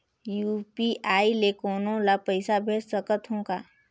UPI ले कोनो ला पइसा भेज सकत हों का?